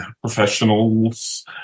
professionals